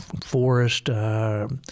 Forest